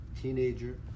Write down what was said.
teenager